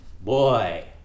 boy